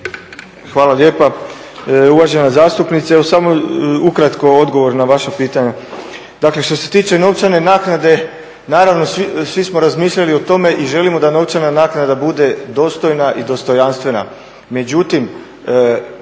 Hvala lijepa. Uvažena zastupnice, samo ukratko odgovor na vaše pitanje. Dakle što se tiče novčane naknade, naravno svi smo razmišljali o tome i želimo da novčana naknada bude dostojna i dostojanstvena,